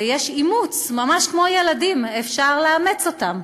ויש אימוץ, ממש כמו ילדים, אפשר לאמץ אותם.